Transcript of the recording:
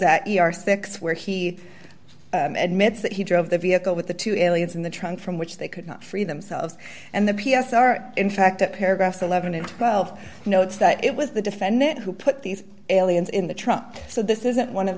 are six where he admits that he drove the vehicle with the to aliens in the trunk from which they could not free themselves and the p s are in fact a paragraph eleven and twelve notes that it was the defendant who put these aliens in the trunk so this isn't one of